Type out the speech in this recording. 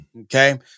okay